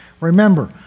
Remember